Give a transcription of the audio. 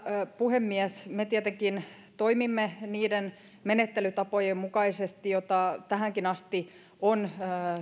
puhemies me tietenkin toimimme niiden menettelytapojen mukaisesti jota tähänkin asti on